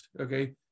Okay